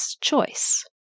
choice